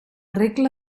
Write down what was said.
regla